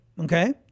okay